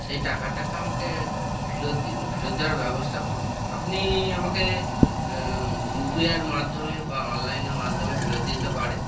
সেই টাকাটাকে আমাকে ফেরত দিন ফেরত দেওয়ার ব্যবস্থা করুন আপনি আমাকে ইউ পি আইয়ের মাধ্যমে বা অনলাইনের মাধ্যমে ফেরত দিতে পারেন